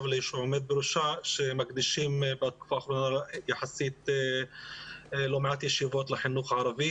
ולעומד בראשה שמקדישים לא מעט ישיבות לחינוך הערבי.